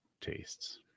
tastes